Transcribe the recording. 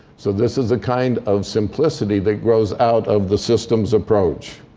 so this is the kind of simplicity that grows out of the systems approach.